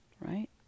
right